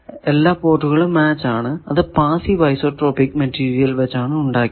എല്ലാ പോർട്ടുകളും മാച്ച് ആണ് അത് പാസ്സീവ് ഐസോട്രോപിക് മെറ്റീരിയൽ വച്ചാണ് ഉണ്ടാക്കിയത്